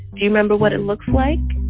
you remember what it looks like?